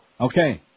Okay